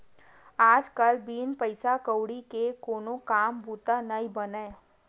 आज कल बिन पइसा कउड़ी के कोनो काम बूता नइ बनय